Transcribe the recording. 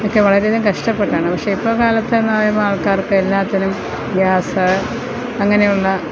ഒക്കെ വളരെയധികം കഷ്ടപ്പെട്ടാണ് പക്ഷേ ഇപ്പോൾ കാല എന്നു പറയുമ്പോൾ ആൾക്കാർക്ക് എല്ലാറ്റിനും ഗ്യാസ് അങ്ങനെയുള്ള